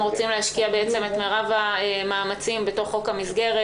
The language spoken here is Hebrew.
רוצים להשקיע את מרב המאמצים בחוק המסגרת,